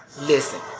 Listen